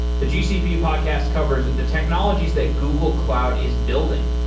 the gcp podcast covers the technologies that google cloud is building,